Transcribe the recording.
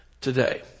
today